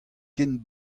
ken